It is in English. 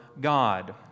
God